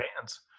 hands